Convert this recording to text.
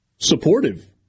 Supportive